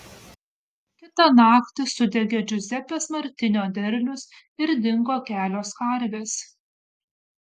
kitą naktį sudegė džiuzepės martinio derlius ir dingo kelios karvės